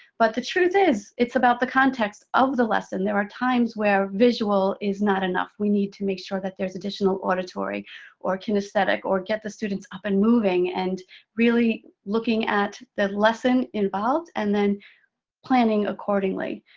but the truth is, it's about the context of the lesson. there are times where visual is not enough. we need to make sure that there is additional auditory or kinesthetic, or get the students up and moving, and really looking at the lesson involved, and then planning accordingly.